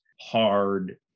hard